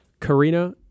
Karina